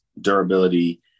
durability